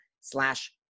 slash